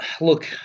Look